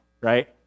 right